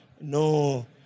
No